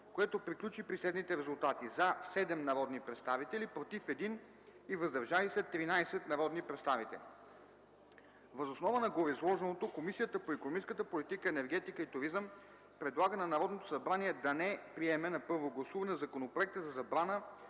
което приключи при следните резултати: „за” – 10 народни представители, без „против” и „въздържали се” – 5 народни представители. Въз основа на гореизложеното Комисията по икономическата политика, енергетика и туризъм предлага на Народното събрание да приеме на първо гласуване законопроекта за изменение